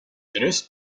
tres